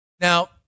Now